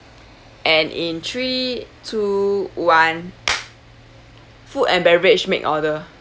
and in three two one food and beverage make order